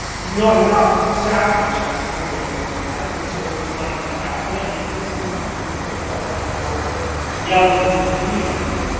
he's not enough savage, that's one way of looking at it, and so when he's lying there half-dead he's missing something. and so the hulk comes along and like yells him into being again.